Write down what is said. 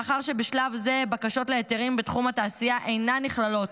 מאחר שבשלב זה בקשות להיתרים בתחום התעשייה אינן נכללות